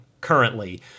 currently